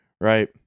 right